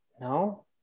No